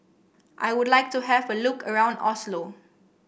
I would like to have a look around Oslo